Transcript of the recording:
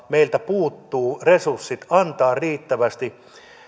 meiltä puuttuvat resurssit antaa riittävästi